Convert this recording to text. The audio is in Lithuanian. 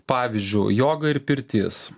pavyzdžiui joga ir pirtis